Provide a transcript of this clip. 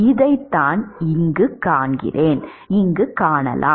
இதுதான் என்பதைக் காணலாம்